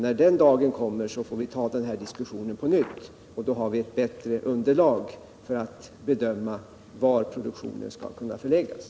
När den dagen kommer får vi ta upp en diskussion på nytt, och då har vi ett bättre underlag för att bedöma var produktionen skall kunna förläggas.